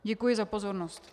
Děkuji za pozornost.